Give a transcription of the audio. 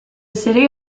city